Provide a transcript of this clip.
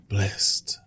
Blessed